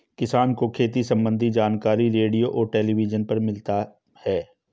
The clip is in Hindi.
किसान को खेती सम्बन्धी जानकारी रेडियो और टेलीविज़न पर मिलता है